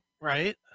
Right